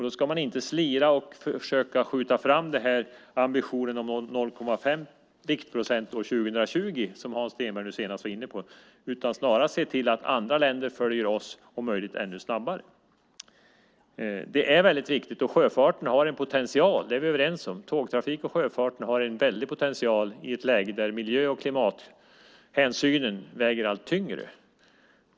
Då ska man inte slira och försöka skjuta fram målet om 0,5 viktprocent år 2020, som Stenberg nu senast var inne på, utan snarast se till att andra länder följer oss och om möjligt ännu snabbare. Det är viktigt. Sjöfart och tågtrafik har en väldig potential, det är vi överens om, i ett läge där miljö och klimathänsynen väger allt tyngre.